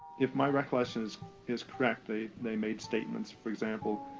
if my recollection is is correct, they they made statements, for example,